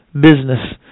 business